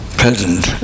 present